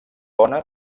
bona